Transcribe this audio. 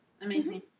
amazing